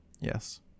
Yes